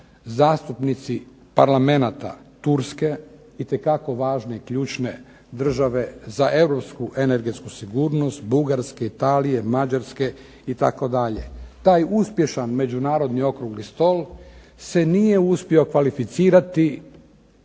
zastupnici parlamenata Turske itekako važne i ključne države za europsku energetsku sigurnost, Bugarske, Italije i Mađarske itd. Taj uspješan međunarodni okrugli stol se nije uspio kvalificirati